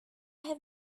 have